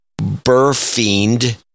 Burfiend